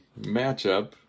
matchup